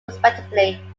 respectively